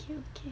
okay okay